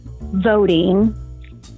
voting